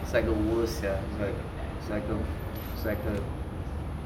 it's like the worse sia it's like it's like err it's like err